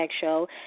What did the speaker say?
show